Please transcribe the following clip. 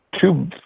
two